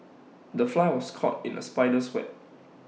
the fly was caught in the spider's web